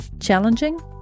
challenging